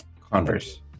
Converse